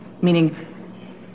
meaning